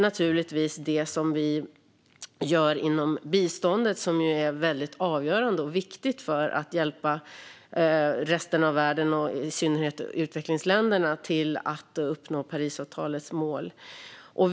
Naturligtvis har vi även det vi gör inom biståndet, som ju är väldigt avgörande och viktigt för att hjälpa resten av världen och i synnerhet utvecklingsländerna att uppnå Parisavtalets mål.